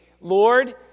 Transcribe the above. Lord